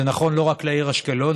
זה נכון לא רק לעיר אשקלון,